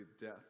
death